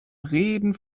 reden